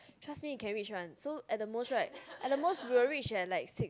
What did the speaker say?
trust me you can reach one so at the most right at the most you will reach at like six